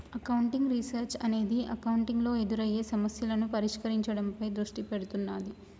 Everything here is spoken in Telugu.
అకౌంటింగ్ రీసెర్చ్ అనేది అకౌంటింగ్ లో ఎదురయ్యే సమస్యలను పరిష్కరించడంపై దృష్టి పెడుతున్నాది